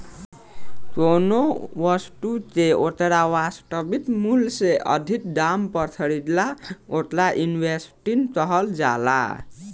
कौनो बस्तु के ओकर वास्तविक मूल से अधिक दाम पर खरीदला ओवर इन्वेस्टिंग कहल जाला